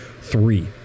three